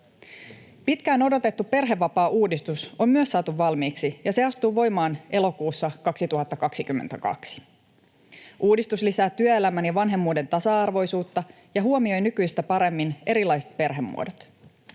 Pitkään odotettu perhevapaauudistus on myös saatu valmiiksi, ja se astuu voimaan elokuussa 2022. Uudistus lisää työelämän ja vanhemmuuden tasa-arvoisuutta ja huomioi nykyistä paremmin erilaiset perhemuodot.